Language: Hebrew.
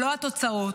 ולא התוצאות.